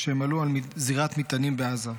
כשהם עלו על זירת מטענים בעזה.